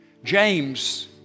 James